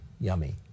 yummy